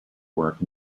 work